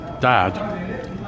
dad